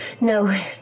No